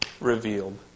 revealed